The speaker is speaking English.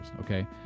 Okay